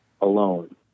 alone